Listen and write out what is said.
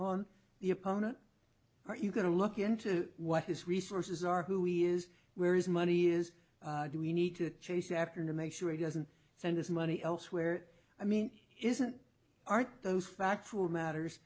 on the opponent or are you going to look into what his resources are who he is where his money is do we need to chase after him to make sure he doesn't send his money elsewhere i mean isn't aren't those factual matters